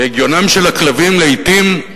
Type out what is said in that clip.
והגיונם של הכלבים, לעתים,